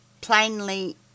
plainly